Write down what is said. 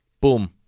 Boom